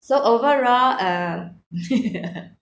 so overall uh